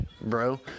bro